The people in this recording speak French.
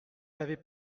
n’avez